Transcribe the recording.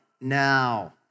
Now